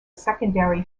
secondary